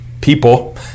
people